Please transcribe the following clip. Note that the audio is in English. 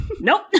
Nope